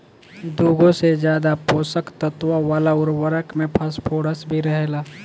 दुगो से ज्यादा पोषक तत्व वाला उर्वरक में फॉस्फोरस भी रहेला